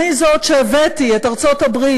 אני זאת שהבאתי את ארצות-הברית